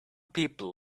people